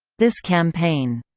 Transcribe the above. this campaign,